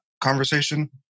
conversation